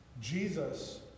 Jesus